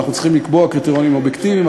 אנחנו צריכים לקבוע קריטריונים אובייקטיביים.